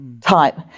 type